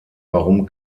warum